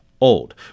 old